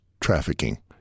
trafficking